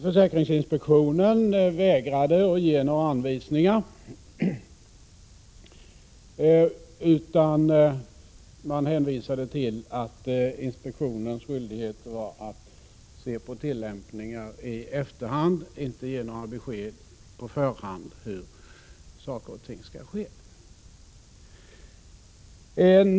Försäkringsinspektionen vägrade att ge några anvisningar och hänvisade till att inspektionens skyldighet var att se på tillämpningar i efterhand — inte ge några besked i förhand om hur saker och ting skall ske.